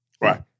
right